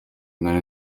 nari